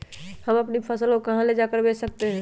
हम अपनी फसल को कहां ले जाकर बेच सकते हैं?